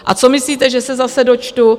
A co myslíte, že se zase dočtu?